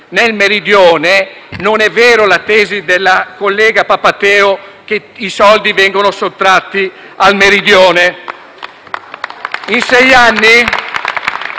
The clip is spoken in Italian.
nel Meridione, non è vera la tesi della collega Papatheu, secondo cui i soldi vengono sottratti al Meridione.